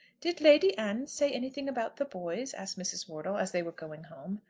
did lady anne say anything about the boys? asked mrs. wortle, as they were going home.